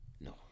No